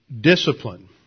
discipline